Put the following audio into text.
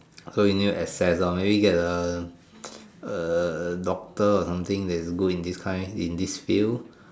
so we need to assess lah maybe get a doctor or something that is good in this kind in this field